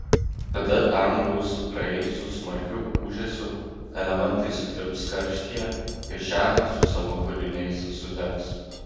tada dangūs praeis su smarkiu ūžesiu elementai sutirps karštyje ir žemė su savo kūriniais sudegs